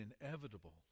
inevitable